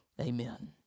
Amen